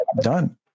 done